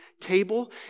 table